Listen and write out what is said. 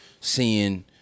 seeing